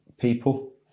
people